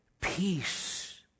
peace